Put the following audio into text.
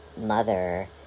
mother